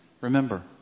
Remember